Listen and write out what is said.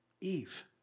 Eve